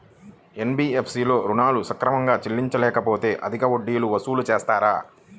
NBFC లలో ఋణం సక్రమంగా చెల్లించలేకపోతె అధిక వడ్డీలు వసూలు చేస్తారా?